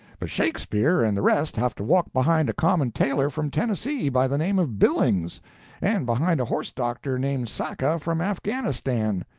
but shakespeare and the rest have to walk behind a common tailor from tennessee, by the name of billings and behind a horse-doctor named sakka, from afghanistan.